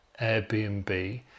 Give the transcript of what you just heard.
Airbnb